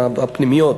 הפנימיות,